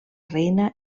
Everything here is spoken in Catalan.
reina